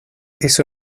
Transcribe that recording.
eso